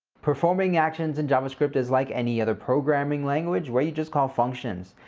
performing actions in javascript is like any other programming language where you just call functions.